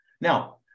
Now